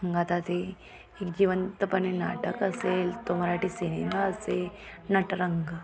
मग आता ते एक जिवंतपणे नाटक असेल तो मराठी सिनेमा असेल नटरंग